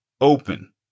open